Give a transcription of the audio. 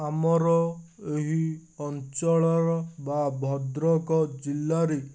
ଆମର ଏହି ଅଞ୍ଚଳର ବା ଭଦ୍ରକ ଜିଲ୍ଲାରେ